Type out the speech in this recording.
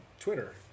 Twitter